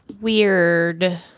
weird